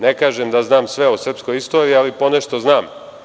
Ne kažem da znam sve o srpskoj istoriji, ali ponešto znam.